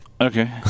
Okay